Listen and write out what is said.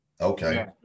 Okay